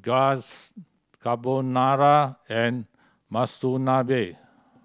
Glaze Carbonara and Monsunabe